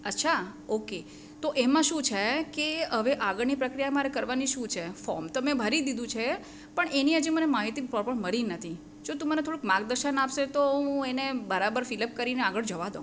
અચ્છા ઓકે તો એમાં શું છે કે હવે આગળની પ્રક્રિયા મારે કરવાની શું છે ફોમ તો મેં ભરી દીધું છે પણ એની હજી મને માહિતી પ્રોપર માહિતી મળી નથી જો તું મને થોડુંક માર્ગદર્શન આપશે તો હું એને બરોબર ફીલપ કરીને આગળ જવા દઉં